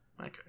Okay